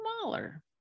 smaller